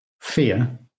fear